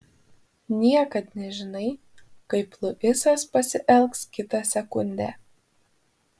niekad nežinai kaip luisas pasielgs kitą sekundę